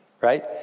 right